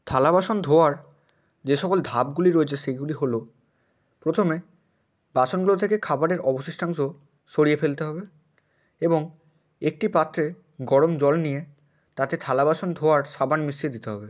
থালা বাসন ধোয়ার যে সকল ধাপগুলি রয়েছে সেগুলি হলো প্রথমে বাসনগুলো থেকে খাবারের অবশিষ্টাংশ সরিয়ে ফেলতে হবে এবং একটি পাত্রে গরম জল নিয়ে তাতে থালা বাসন ধোয়ার সাবান মিশিয়ে দিতে হবে